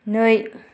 नै